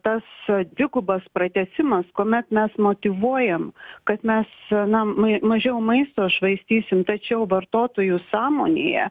tas dvigubas pratęsimas kuomet mes motyvuojam kad mes nam ma mažiau maisto švaistysim tačiau vartotojų sąmonėje